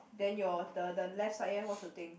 then your the the left side eh what's the thing